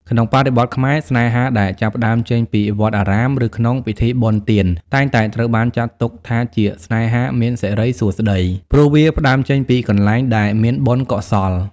ក្នុងបរិបទខ្មែរ ស្នេហាដែលចាប់ផ្ដើមចេញពីវត្តអារាម ឬក្នុងពិធីបុណ្យទាន តែងតែត្រូវបានចាត់ទុកថាជា "ស្នេហាមានសិរីសួស្តី" ព្រោះវាផ្ដើមចេញពីកន្លែងដែលមានបុណ្យកុសល។